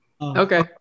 Okay